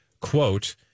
quote